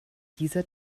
dieser